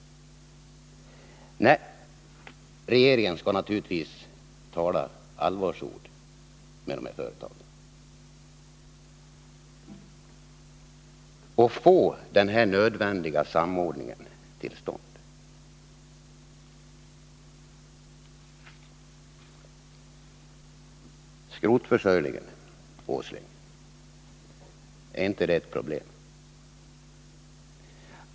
Nej, regeringen måste naturligtvis tala allvarsord med de här företagen och se till att den nödvändiga samordningen kommer till stånd. Sedan till skrotförsörjningen, herr Åsling. Är inte det ett problem?